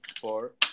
four